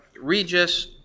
Regis